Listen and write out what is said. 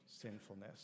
sinfulness